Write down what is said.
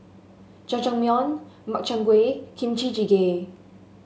Jajangmyeon Makchang Gui Kimchi Jjigae